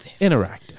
Interactive